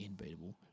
Unbeatable